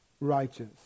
righteous